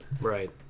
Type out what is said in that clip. Right